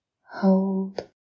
hold